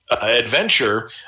adventure